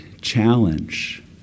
challenge